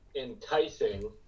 enticing